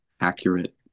accurate